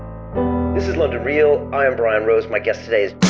this is london real i am brian rose my guest today's